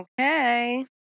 okay